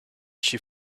she